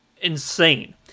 insane